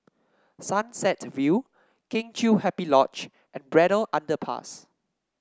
Sunset View Kheng Chiu Happy Lodge and Braddell Underpass